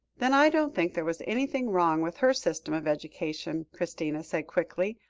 then i don't think there was anything wrong with her system of education, christina said quickly,